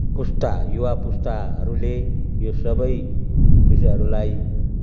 पुस्ता युवा पुस्ताहरूले यो सबै विषयहरूलाई